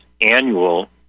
annual